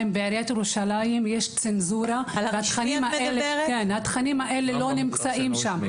ובעיריית ירושלים והתכנים האלה לא נמצאים.